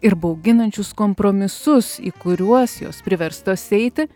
ir bauginančius kompromisus į kuriuos jos priverstos eiti